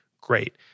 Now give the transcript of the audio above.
great